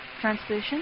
Translation